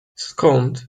skąd